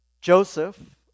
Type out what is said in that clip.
Joseph